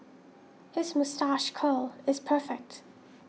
his moustache curl is perfect